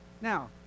Now